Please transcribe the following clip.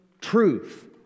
truth